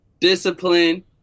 discipline